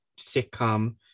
sitcom